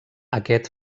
aquest